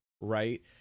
right